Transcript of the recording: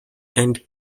and